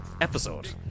episode